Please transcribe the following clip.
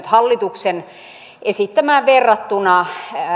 hallituksen esittämään verrattuna